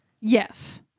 Yes